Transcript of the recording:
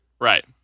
Right